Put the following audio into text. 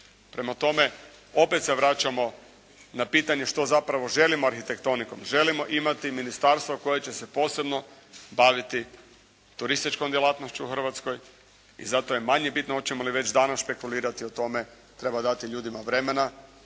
Prema tome opet se vraćamo na pitanje, što želimo zapravo arhitektonikom? Želimo imati ministarstvo koje će se posebno baviti turističkom djelatnošću u Hrvatskoj. I zato je manje bitno hoćemo li već danas špekulirati o tome. Treba dati ljudima vremena.